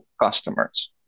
customers